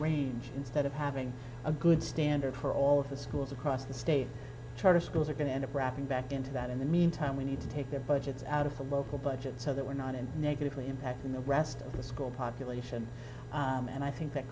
range instead of having a good standard for all of the schools across the state charter schools are going to end up wrapping back into that in the meantime we need to take their budgets out of the local budget so that we're not in negatively impacting the rest of the school population and i think that